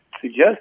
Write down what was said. suggest